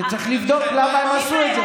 צריך לבדוק למה הם עשו את זה.